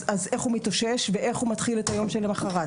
אז איך הוא מתאושש ואיך הוא מתחיל את היום שלמחרת.